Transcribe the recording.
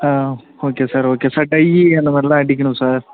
ஆ okay sir okay sir டையி அந்தமாதிரிலாம் அடிக்கணும் சார்